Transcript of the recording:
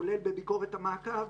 כולל בביקורת המעקב,